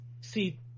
see